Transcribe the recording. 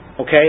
Okay